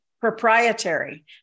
proprietary